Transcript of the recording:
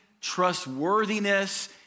trustworthiness